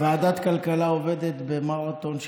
יציג את הצעת החוק יושב-ראש ועדת הכלכלה חבר הכנסת מיכאל ביטון,